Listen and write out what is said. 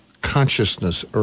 consciousness